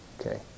Okay